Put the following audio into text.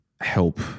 help